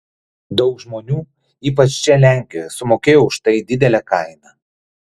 daug žmonių ypač čia lenkijoje sumokėjo už tai didelę kainą